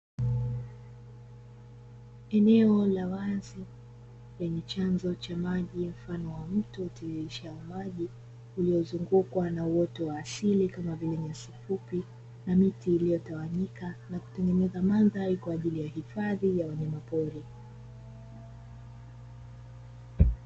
Eneo la wazi yenye chanzo cha maji mfano wa mto utiririshao maji uliozungukwa na uoto wa asili kama vile: nyasi fupi na miti iliyotawanyika na kutengeneza mandhari kwa ajili ya hifadhi ya wanyamapori.